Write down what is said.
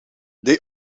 they